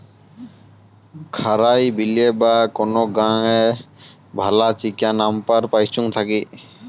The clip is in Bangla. খারাই বিলে বা কোন গাঙে ভালা চিকা নাম্পার পাইচুঙ থাকি